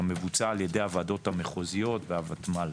המבוצע על ידי הוועדות המחוזיות והוותמ"ל.